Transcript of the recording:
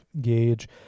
gauge